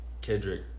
Kendrick